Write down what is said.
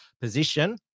position